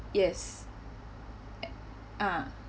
yes ac~ ah